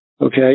Okay